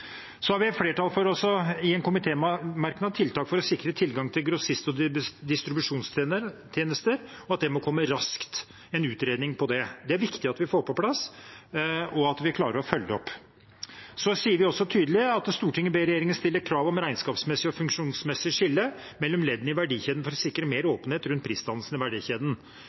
Vi har et forslag og en komitémerknad om tiltak for å sikre tilgang til grossist- og distribusjonstjenester, og at det må komme raskt – en utredning om det. Det er det viktig at vi får på plass og klarer å følge opp. Vi sier også tydelig at Stortinget ber regjeringen stille krav om et regnskapsmessig og funksjonsmessig skille mellom leddene i verdikjeden for å sikre mer åpenhet rundt prisdannelsen i verdikjeden.